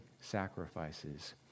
sacrifices